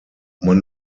man